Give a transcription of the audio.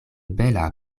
bela